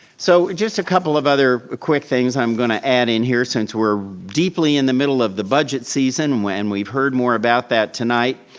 so, just a couple of other quick things i'm gonna add in here since we're deeply in the middle of the budget season, and we've heard more about that tonight.